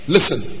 Listen